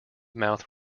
mouth